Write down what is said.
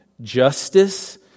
justice